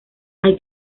hay